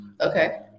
Okay